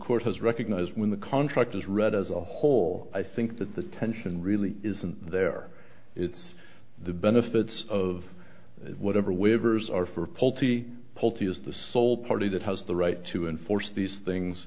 has recognized when the contract is read as a whole i think that the tension really isn't there it's the benefits of whatever waivers are for pulte pulte is the sole party that has the right to enforce these things